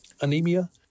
anemia